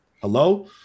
Hello